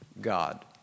God